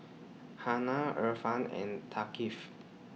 Hana Irfan and Thaqif